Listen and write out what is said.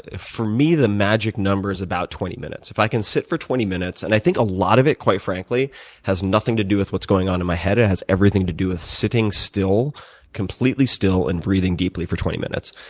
for me the magic number is about twenty minutes, if i can sit for twenty minutes. and i think a lot of it quite frankly has nothing to do what's going on in my head. it has everything to do with sitting still completely still and breathing deeply for twenty minutes.